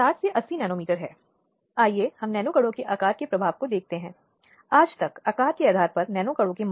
इसलिए बंद कमरे में मुक़दमे के इन प्रावधानों को कानून के भीतर शामिल किया गया है